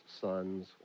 son's